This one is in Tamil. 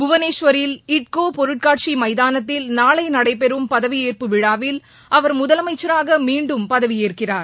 புவனேஷ்வரில் இட்கோ பொருட்காட்சி மைதானத்தில் நாளை நடைபெறும் பதவியேற்பு விழாவில் அவர் முதலமைச்சராக மீண்டும் பதவியேற்கிறார்